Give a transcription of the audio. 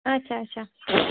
آچھا آچھا